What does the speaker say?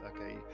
Okay